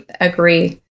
agree